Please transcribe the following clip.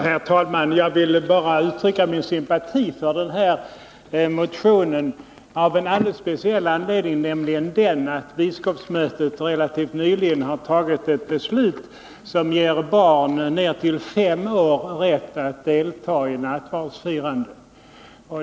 Herr talman! Jag vill bara uttrycka min sympati för den här motionen — av en alldeles speciell anledning, nämligen den att biskopsmötet relativt nyligen har fattat ett beslut som ger barn ner till fem år rätt att delta i nattvardsfirande.